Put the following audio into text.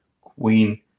queen